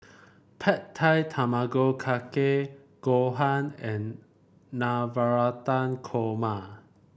Pad Thai Tamago Kake Gohan and Navratan Korma